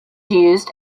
used